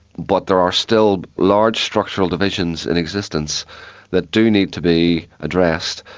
but there are still large structural divisions in existence that do need to be addressed,